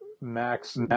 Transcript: Max